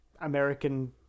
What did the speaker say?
American